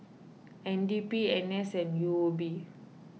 N D P N S and U O B